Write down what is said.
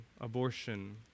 abortion